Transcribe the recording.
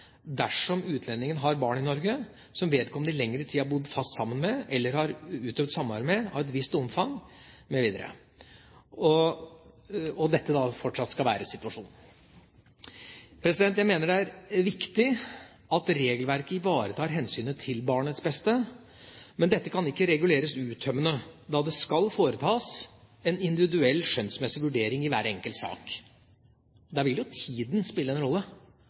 dersom utlendingen har barn i Norge, som vedkommende i lengre tid har bodd fast sammen med eller har utøvd samvær med av et visst omfang, mv. og dette fortsatt skal være situasjonen. Jeg mener det er viktig at regelverket ivaretar hensynet til barnets beste, men dette kan ikke reguleres uttømmende, da det skal foretas en individuell skjønnsmessig vurdering i hver enkelt sak. Der vil jo tida spille en rolle,